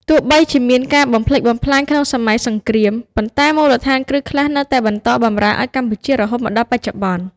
ទោះបីជាមានការបំផ្លិចបំផ្លាញក្នុងសម័យសង្គ្រាម ប៉ុន្តែមូលដ្ឋានគ្រឹះខ្លះនៅតែបន្តបម្រើឱ្យកម្ពុជារហូតមកដល់បច្ចុប្បន្ន។